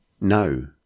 No